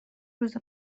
روز